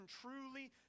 truly